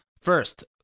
First